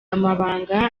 amabanga